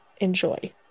enjoy